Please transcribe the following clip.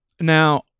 Now